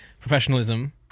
professionalism